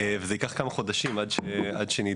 וזה ייקח כמה חודשים עד שנדע.